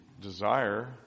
desire